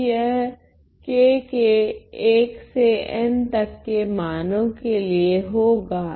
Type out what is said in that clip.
तो यह k के 1 से n तक के मानो के लिए होगा